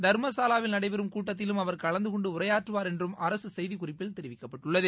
தர்மசாலாவில் நடைபெறும் கூட்டத்திலும் அவர் கலந்து கொண்டு உரையாற்றுவார் என்றும் அரசு செய்திக்குறிப்பில் தெரிவிக்கப்பட்டுள்ளது